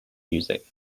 music